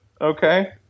okay